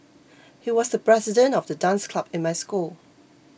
he was the president of the dance club in my school